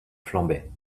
flambait